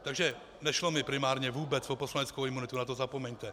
Takže nešlo mi primárně vůbec o poslaneckou imunitu, na to zapomeňte.